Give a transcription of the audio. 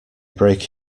break